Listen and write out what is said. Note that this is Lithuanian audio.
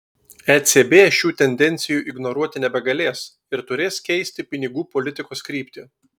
ecb šių tendencijų ignoruoti nebegalės ir turės keisti pinigų politikos kryptį